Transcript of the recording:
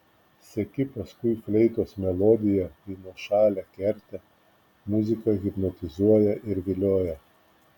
seki paskui fleitos melodiją į nuošalią kertę muzika hipnotizuoja ir vilioja